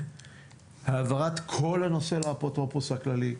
העברת כל הנושא לאפוטרופוס הכללי,